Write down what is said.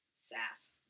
sass